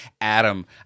Adam